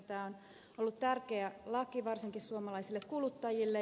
tämä on ollut tärkeä laki varsinkin suomalaisille kuluttajille